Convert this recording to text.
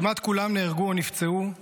כמעט כולם נהרגו או נפצעו,